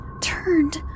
turned